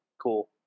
cool